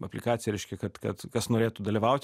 aplikaciją reiškia kad kad kas norėtų dalyvaut